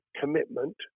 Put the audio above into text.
commitment